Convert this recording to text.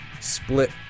split